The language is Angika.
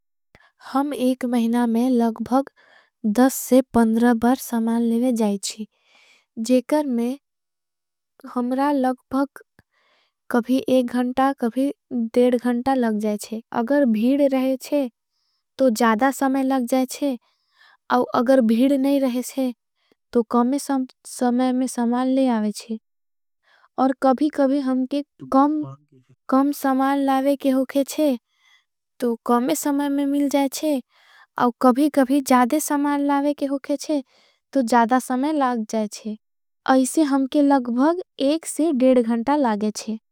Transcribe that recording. हम एक महिना में लगभग दस से पन्दर बर समाल लेवे जायेच्छी। जेकर में हमरा लगभग कभी एक घंटा कभी देड़ घंटा लग जायेच्छे। अगर भीड रहेच्छे तो जादा समाल लग जायेच्छे अगर भीड नहीं। रहेच्छे तो कम समाल में समाल ले आवेच्छी कभी कभी हमके। कम समाल लावे के होगे चे तो कम समाल में मिल जायेच्छे। कभी कभी जादे समाल लावे के होगे चे तो जादा समाल लाग। जायेच्छे ऐसे हमके लगबग एक से देड़ गंटा लागेच्छे।